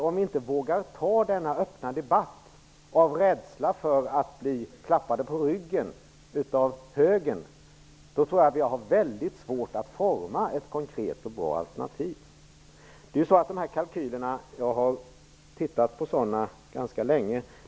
Om vi inte vågar ta upp denna öppna debatt av rädsla för att bli klappade på ryggen av högern, tror jag att vi har väldigt svårt att utforma ett konkret och bra alternativ. Göran Persson talade om kalkyler. Jag har tittat på sådana ganska länge.